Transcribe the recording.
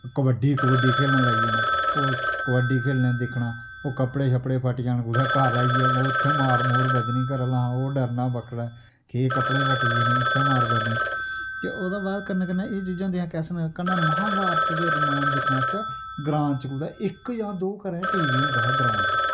कबड्डी कुबड्डी खेलन लगी जाना और कबड्डी खेलने दिक्खना ओ कपड़े शपड़े फट्टी जान कुतै घर आइयै उत्थैं मार मूर बज्जनी घरे आह्लें हा ओ डरना बक्खरै के कपड़े फट्टी जाने इत्थै मार पोनी ते ओह्दे बाद कन्नै कन्नै एह् चीजां होंदियां हियां कैसेटां कन्नै महाभारत ते रमायण दिक्खने आस्तै ग्रां च कुतै इक यां दो घरैं टीवी होंदा हा ग्रां च